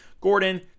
Gordon